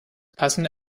passende